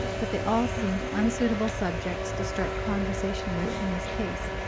but they all seemed unsuitable subjects to start conversation with in this case.